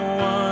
one